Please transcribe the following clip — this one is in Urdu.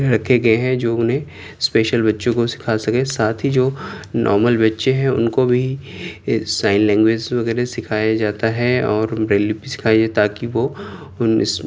رکھے گئے ہیں جو انہیں اسپیشل بچّوں کو سکھا سکیں ساتھ ہی جو نارمل بچّے ہیں ان کو بھی سائن لینگویج وغیرہ سکھایا جاتا ہے اور بریل لپی سکھائی جاتی ہے تا کہ وہ ان اس